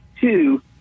two